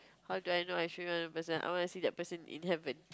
how do I know I feel I want that person I want to see that person in heaven